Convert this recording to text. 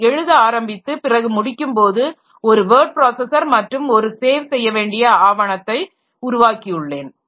நான் எழுத ஆரம்பித்து பிறகு முடிக்கும்போது ஒரு வேர்ட் ப்ராஸஸர் மற்றும் ஒரு சேவ் செய்யவேண்டிய ஆவணத்தை நான் உருவாக்கியுள்ளேன்